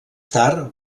tard